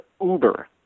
Uber